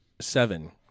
seven